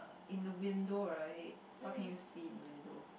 in the window right what can you see in the window